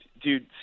dude